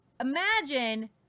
Imagine